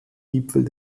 gipfel